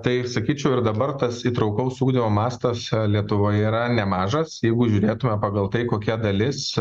tai ir sakyčiau ir dabar tas įtraukaus ugdymo mastas lietuvoje yra nemažas jeigu žiūrėtume pagal tai kokia dalis